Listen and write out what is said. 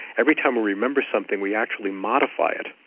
every time we remember something we actually modify it.